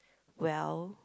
well